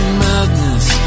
madness